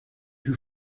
who